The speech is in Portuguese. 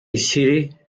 city